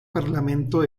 parlamento